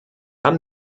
haben